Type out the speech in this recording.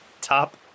Top